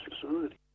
society